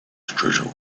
treasure